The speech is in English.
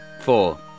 Four